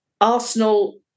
Arsenal